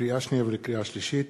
לקריאה שנייה ולקריאה שלישית: